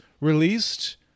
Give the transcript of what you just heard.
released